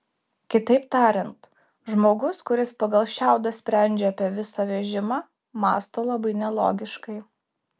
kitaip tariant žmogus kuris pagal šiaudą sprendžia apie visą vežimą mąsto labai nelogiškai